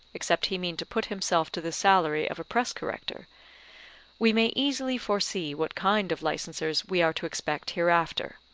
except he mean to put himself to the salary of a press corrector we may easily foresee what kind of licensers we are to expect hereafter,